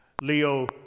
Leo